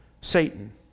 Satan